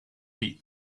beat